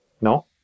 No